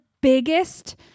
biggest